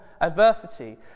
adversity